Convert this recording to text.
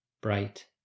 bright